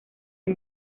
del